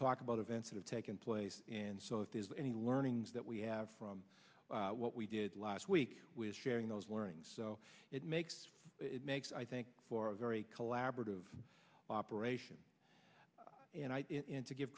talk about events that have taken place and so if there's any learnings that we have from what we did last week we're sharing those learnings so it makes it makes i think for a very collaborative operation and in to give